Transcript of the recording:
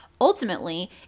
Ultimately